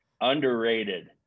underrated